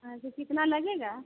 हाँ तो कितना लगेगा